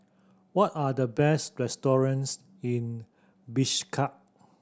what are the best restaurants in Bishkek